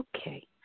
Okay